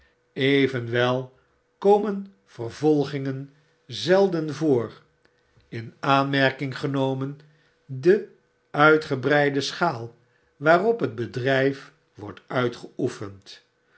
evenwel komen vervolgingen zelden voor in aanmerking genomen de uitgebreide schaal waarop het bedrijf wordt uitgeoefend